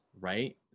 right